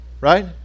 right